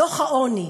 דוח העוני,